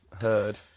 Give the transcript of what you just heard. Heard